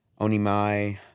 Onimai